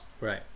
Right